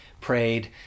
prayed